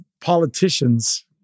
politicians